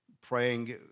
praying